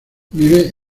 vive